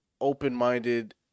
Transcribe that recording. open-minded